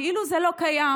כאילו זה לא קיים.